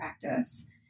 practice